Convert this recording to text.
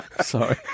Sorry